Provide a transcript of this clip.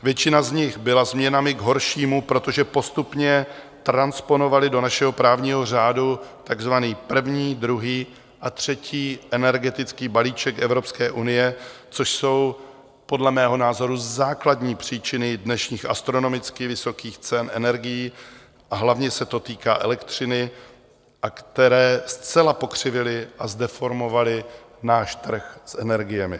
Většina z nich byla změnami k horšímu, protože postupně transponovaly do našeho právního řádu takzvaný první, druhý a třetí energetický balíček Evropské unie, což jsou podle mého názoru základní příčiny dnešních astronomicky vysokých cen energií, a hlavně se to týká elektřiny, které zcela pokřivily a zdeformovaly náš trh s energiemi.